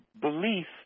belief